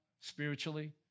spiritually